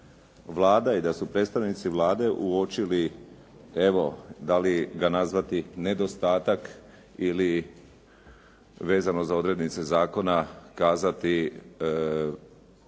i da su predstavnici Vlade uočili, evo da li ga nazvati nedostatak ili vezano za odrednice zakona kazati